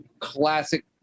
classic